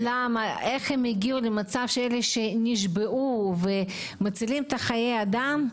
למה ואיך הם הגיעו למצב שהם נשבעו להציל חיי אדם,